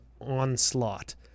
Onslaught